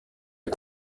est